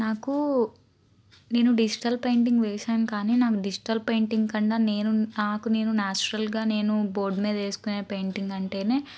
నాకు నేను digital painting వేసాను కానీ నాకు డిజిటల్ పెయింటింగ్ కన్నా నేను నాకు నేను నాచురల్గా నేను బోర్డు మీద వేసుకునే పెయింటింగ్ అంటేనే